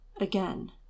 Again